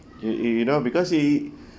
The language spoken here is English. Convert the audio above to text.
you you know because she